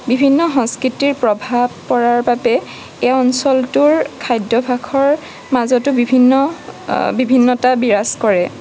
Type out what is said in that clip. বিভিন্ন সংস্কৃতিৰ প্ৰভাৱ পৰাৰ বাবে এই অঞ্চলটোৰ খাদ্য়াভাসৰ মাজতো বিভিন্ন বিভিন্নতা বিৰাজ কৰে